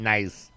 Nice